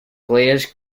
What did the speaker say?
players